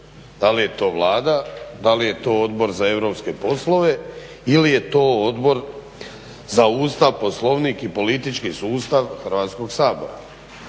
Da li je to Vlada, da li je to Odbor za europske poslove ili je to Odbor za Ustav, Poslovnik i politički sustav Hrvatskog sabora.